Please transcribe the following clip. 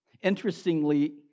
Interestingly